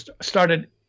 started